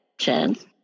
chance